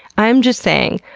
i'm just saying,